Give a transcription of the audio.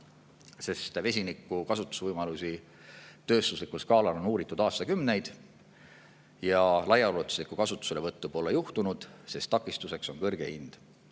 sest vesiniku kasutusvõimalusi tööstuslikul skaalal on uuritud aastakümneid ja laiaulatuslikku kasutuselevõttu pole juhtunud, sest takistuseks on kõrge hind.